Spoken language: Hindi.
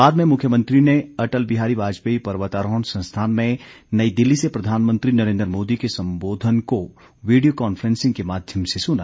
बाद में मुख्यमंत्री ने अटल बिहारी वाजपेयी पर्वतारोहण संस्थान में नई दिल्ली से प्रधानमंत्री नरेंद्र मोदी के संबोधन को वीडियो कॉन्फ्रेंसिंग के माध्यम से सुना